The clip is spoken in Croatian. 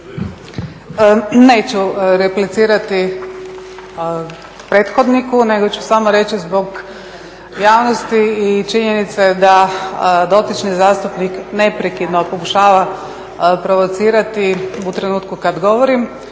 Neću replicirati prethodniku, nego ću samo reći zbog javnosti i činjenica je da dotični zastupnik neprekidno pokušava provocirati u trenutku kad govorim